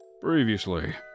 Previously